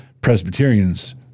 Presbyterians